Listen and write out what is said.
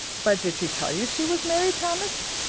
but did she tell you she was married, thomas?